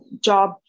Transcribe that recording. job